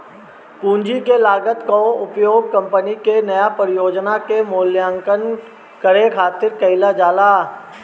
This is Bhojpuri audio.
पूंजी के लागत कअ उपयोग कंपनी के नया परियोजना के मूल्यांकन करे खातिर कईल जाला